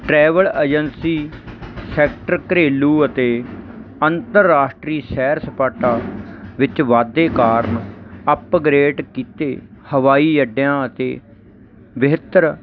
travel agency sector ਘਰੇਲੂ ਅਤੇ ਅੰਤਰਰਾਸ਼ਟਰੀ ਸੈਰ ਸਪਾਟਾ ਵਿੱਚ ਵਾਧੇ ਕਾਰਨ ਅਪਗ੍ਰੇਟ ਕੀਤੇ ਹਵਾਈ ਅੱਡਿਆਂ ਅਤੇ ਬਿਹਤਰ